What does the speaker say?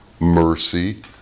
mercy